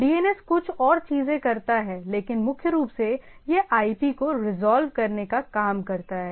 DNS कुछ और चीजें करता है लेकिन मुख्य रूप से यह आईपी को रिजॉल्व करने का काम करता है